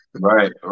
right